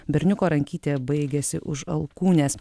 berniuko rankytė baigiasi už alkūnės